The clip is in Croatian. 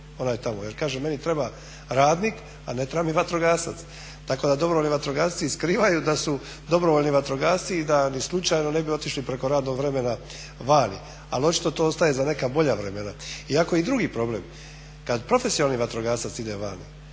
onaj tamo jer kaže meni treba radnik a ne treba mi vatrogasac. Tako da dobrovoljni vatrogasci i skrivaju da su dobrovoljni vatrogasci i da ni slučajno ne bi otišli preko radnog vremena vani. Ali očito to ostaje za neka bolja vremena. Iako je i drugi problem kada profesionalni vatrogasac ide van,